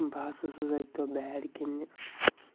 بہٕ حظ اوسُس اَکہِ دۄہ بیٹ گِنٛدنہِ